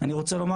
לבוא